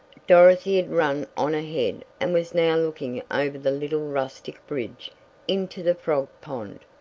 dorothy had run on ahead and was now looking over the little rustic bridge into the frog pond.